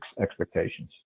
expectations